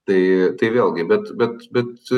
tai tai vėlgi bet bet bet